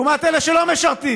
לעומת אלה שלא משרתים.